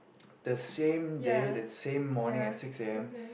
the same day that same morning at six A_M